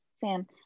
Sam